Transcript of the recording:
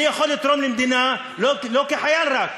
אני יכול לתרום למדינה לא רק כחייל.